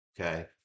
Okay